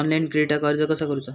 Online क्रेडिटाक अर्ज कसा करुचा?